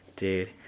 Dude